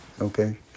Okay